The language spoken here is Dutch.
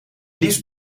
liefst